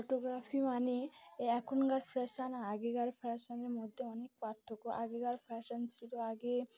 photography মানে এ এখনকার ফ্যাশন আর আগেকার ফ্যাশনের মধ্যে অনেক পার্থক্য আগেকার ফ্যাশান ছিল আগে